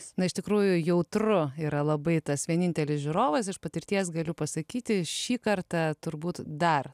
na iš tikrųjų jautru yra labai tas vienintelis žiūrovas iš patirties galiu pasakyti šį kartą turbūt dar